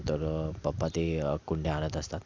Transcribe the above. तर पप्पा ते कुंड्या आणत असतात